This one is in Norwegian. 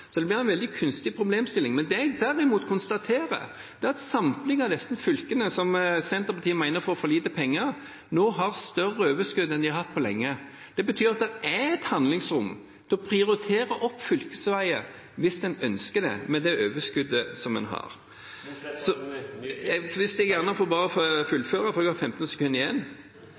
så det blir en veldig kunstig problemstilling. Det jeg derimot konstaterer, er at samtlige av disse fylkene som Senterpartiet mener får for lite penger, nå har større overskudd enn de har hatt på lenge. Det betyr at det er et handlingsrom til å prioritere opp fylkesveier hvis en ønsker det, med det overskuddet som en har. Representanten Mossleth til ny replikk. Hvis jeg kan få fullføre, for jeg har 15 sekunder igjen: